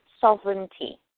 sovereignty